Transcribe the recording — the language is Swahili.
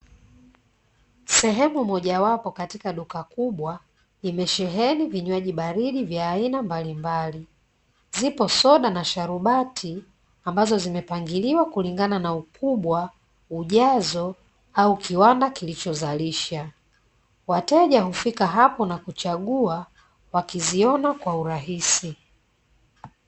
Sehemu mojawapo katika duka kubwa limesheheni vinywaji baridi vya aina mbalimbali zipo soda na sharubati ambazo zimepangiliwa kulingana na ukubwa ujazo au kiwanda kilichozalisha wateja hufika hapo na kuchagua wakiziona kwa urahisi.